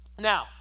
Now